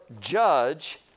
judge